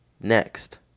Next